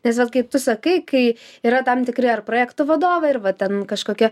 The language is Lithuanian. nes vat kaip tu sakai kai yra tam tikri ar projektų vadovai ir va ten kažkoki